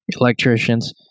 electricians